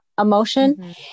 emotion